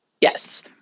Yes